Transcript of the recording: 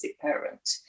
parent